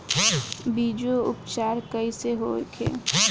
बीजो उपचार कईसे होखे?